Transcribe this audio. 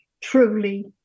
truly